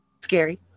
scary